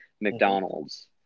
McDonald's